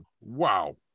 Wow